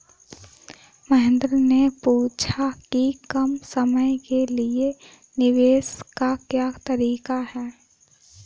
महेन्द्र ने पूछा कि कम समय के लिए निवेश का क्या तरीका है?